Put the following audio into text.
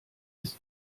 ist